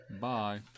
bye